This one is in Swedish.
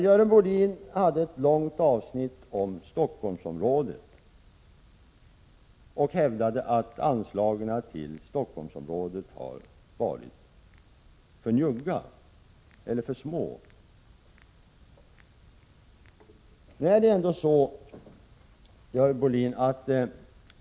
Görel Bohlin tog upp Stockholmsområdet i ett långt avsnitt och hävdade att anslagen till Stockholmsområdet varit för små.